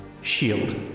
shield